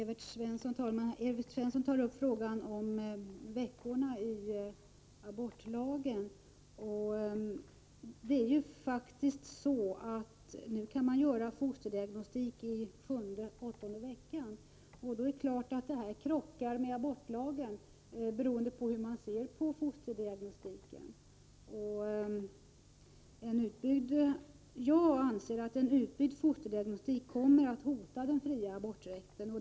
Fru talman! Evert Svensson tog upp frågan om antalet graviditetsveckor i abortlagen. Nu kan man faktiskt utföra fosterdiagnostik i sjunde och åttonde veckan. Det är klart att detta krockar med abortlagen beroende på hur man ser på fosterdiagnostiken. Jag anser att en utbyggd fosterdiagnostik kommer att hota den fria aborträtten.